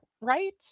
right